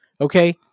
Okay